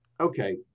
okay